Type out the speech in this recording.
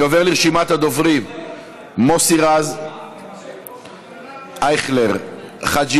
אני עובר לרשימת הדוברים: מוסי רז, אייכלר, חאג'